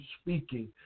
speaking